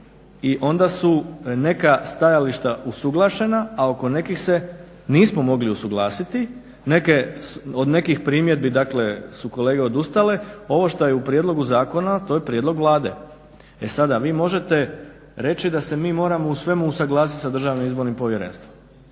i onda su neka stajališta usuglašena, a oko nekih se nismo mogli usuglasiti. Od nekih primjedbi su kolege odustale, ovo što je u prijedlogu zakona to je prijedlog Vlade. E sada vi možete reći da se mi moramo u svemu usuglasiti da DIP-om ja mislim da ne moramo.